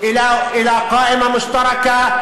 להלן תרגומם: